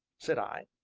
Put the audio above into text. said i.